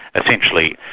essentially,